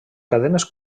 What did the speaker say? cadenes